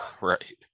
right